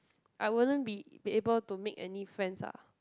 I wouldn't be be able to make any friends ah